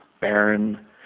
barren